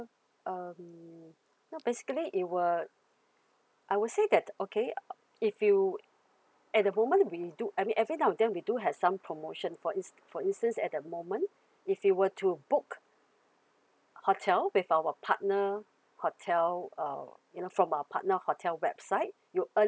um no basically it will I would say that okay uh if you at the moment we do I mean every now and then we do have some promotion for ins~ for instance at the moment if you were to book hotel with our partner hotel uh you know from our partner hotel website you earn